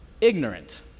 ignorant